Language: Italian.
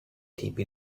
tipi